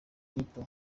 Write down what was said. kwita